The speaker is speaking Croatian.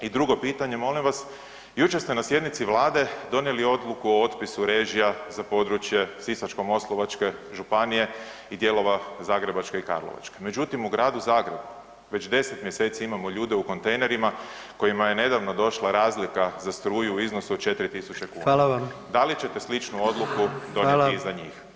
I drugo pitanje molim vas, jučer ste na sjednici Vlade donijeli odluku o otpisu režija za područje Sisačko-moslavačke županije i dijelova Zagrebačke i Karlovačke, međutim u Gradu Zagrebu već 10 mjeseci imamo ljude u kontejnerima kojima je nedavno došla razlika za struju u iznosu od 4.000 kuna [[Upadica: Hvala vam.]] da li ćete sličnu odluku donijeti i za [[Upadica: Hvala.]] njih?